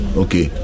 okay